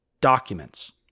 documents